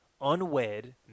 unwed